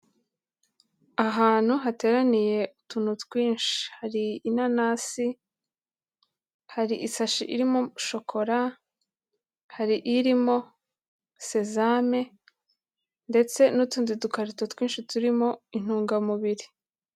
Ahantu hateraniye utuntu twinshi, hari inanasi, hari isashi irimo shokora, hari irimo sezame ndetse n'utundi dukarito twinshi turimo intungamubiri.